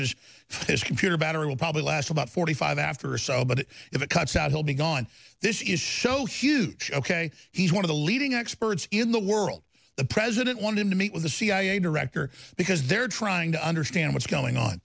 his computer battery will probably last about forty five after or so but if it comes out he'll be gone this is so huge ok he's one of the leading experts in the world the president wanted to meet with the cia director because they're trying to understand what's going